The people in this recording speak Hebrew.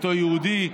היותו יהודי.